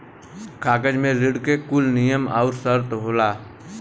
कागज मे ऋण के कुल नियम आउर सर्त होला